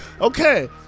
Okay